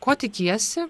ko tikiesi